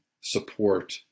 support